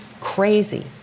crazy